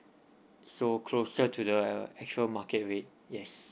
so closer to the actual market rate yes